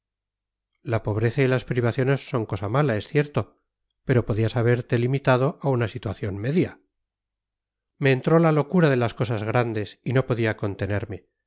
la pobreza y las privaciones son cosa mala es cierto pero podías haberte limitado a una situación media me entró la locura de las cosas grandes y no podía contenerme